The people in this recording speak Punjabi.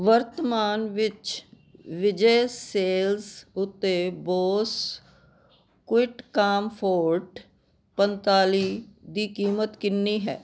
ਵਰਤਮਾਨ ਵਿੱਚ ਵਿਜੈ ਸੇਲਜ਼ ਉੱਤੇ ਬੋਸ ਕੁਈਟਕਾਮਫੋਰਟ ਪੰਤਾਲੀ ਦੀ ਕੀਮਤ ਕਿੰਨੀ ਹੈ